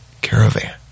caravan